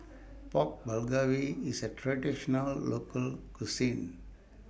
Pork Bulgogi IS A Traditional Local Cuisine